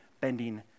bending